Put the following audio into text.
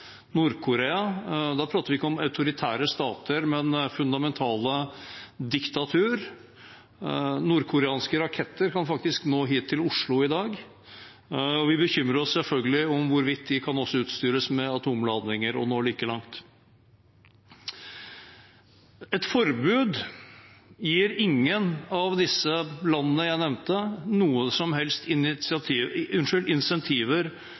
Da prater vi ikke om autoritære stater, men om fundamentale diktaturer. Nordkoreanske raketter kan faktisk nå Oslo i dag, og vi bekymrer oss selvfølgelig for hvorvidt de kan utrustes med atomladninger og nå like langt. Et forbud gir ingen av disse landene jeg nevnte, noen som helst